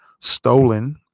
stolen